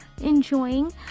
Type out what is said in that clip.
enjoying